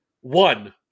one